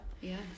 Yes